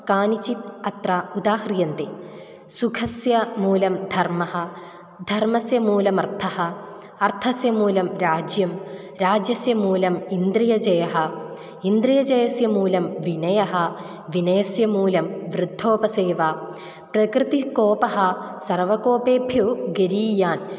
कानिचिन अत्र उदाह्रियन्ते सुखस्य मूलं धर्मः धर्मस्य मूलम् अर्थः अर्थस्य मूलं राज्यं राज्यस्य मूलम् इन्द्रियजयः इन्द्रियजयस्य मूलं विनयः विनयस्य मूलं वृद्धोपसेवा प्रकृतिकोपः सर्वकोपेभ्यो गरीयान्